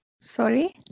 Sorry